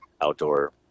outdoor